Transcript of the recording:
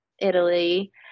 Italy